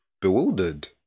bewildered